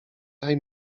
daj